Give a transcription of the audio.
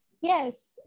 Yes